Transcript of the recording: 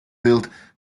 built